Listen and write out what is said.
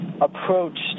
approached